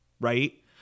Right